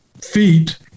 feet